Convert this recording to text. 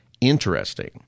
interesting